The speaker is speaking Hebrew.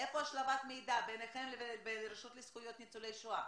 איפה הצלבת מידע ביניכם לבין הרשות לזכויות ניצולי השואה?